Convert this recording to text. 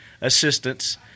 Assistance